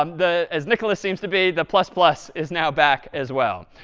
um the as nicholas seems to be, the plus-plus is now back as well.